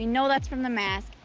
know that's from the mask.